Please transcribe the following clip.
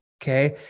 Okay